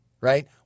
Right